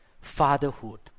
fatherhood